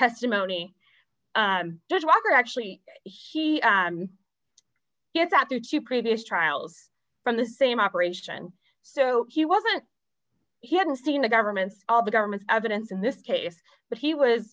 testimony judge walker actually he yes after two previous trials from the same operation so he wasn't he hadn't seen the government's all the government's evidence in this case but he was